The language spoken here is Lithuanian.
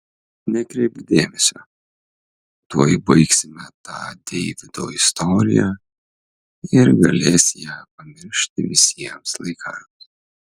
nekreipk dėmesio tuoj baigsime tą deivydo istoriją ir galės ją pamiršti visiems laikams